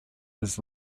his